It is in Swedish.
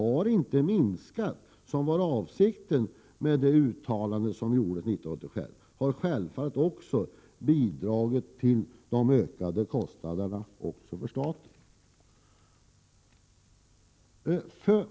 Produktionen har inte minskat som avsikten var i det uttalande som gjordes 1985. Det har självfallet också bidragit till de ökade kostnaderna för staten.